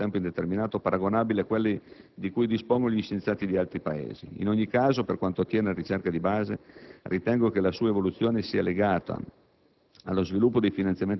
vi sono posti di lavoro a tempo indeterminato paragonabili a quelli di cui dispongono gli scienziati di altri Paesi. In ogni caso, per quanto attiene alla ricerca di base, ritengo che la sua evoluzione sia legata